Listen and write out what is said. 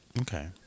Okay